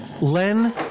Len